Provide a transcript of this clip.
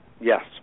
Yes